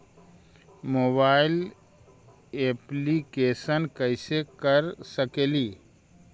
Mobile application कैसे कर सकेली?